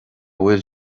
bhfuil